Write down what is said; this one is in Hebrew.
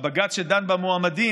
והבג"ץ שדן במועמדים,